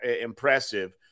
impressive